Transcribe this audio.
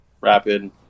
Rapid